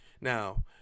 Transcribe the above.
Now